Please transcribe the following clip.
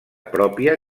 pròpia